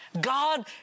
God